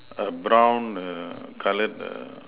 a brown err coloured err